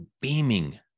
beaming